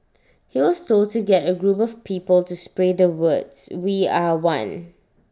he was told to get A group of people to spray the words we are one